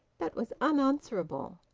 that was unanswerable.